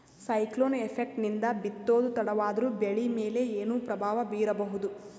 Cyclone effect ನಿಂದ ಬಿತ್ತೋದು ತಡವಾದರೂ ಬೆಳಿ ಮೇಲೆ ಏನು ಪ್ರಭಾವ ಬೀರಬಹುದು?